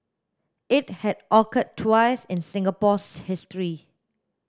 it had occurred twice in Singapore's history